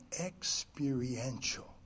experiential